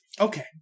Okay